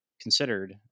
considered